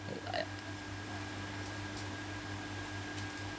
!aiya!